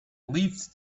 leafed